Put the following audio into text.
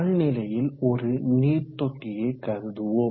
தாழ்நிலையில் ஒரு நீர்த்தொட்டியை கருதுவோம்